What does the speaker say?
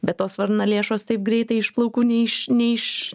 be tos varnalėšos taip greitai iš plaukų ne iš ne iš